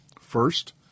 First